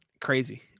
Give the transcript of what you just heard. Crazy